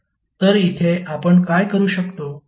तर इथे आपण काय करू शकतो